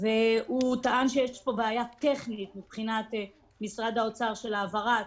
הוא טען שיש בעיה טכנית מבחינת משרד האוצר בהעברת